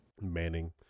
manning